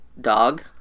Dog